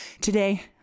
today